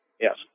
Yes